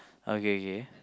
okay K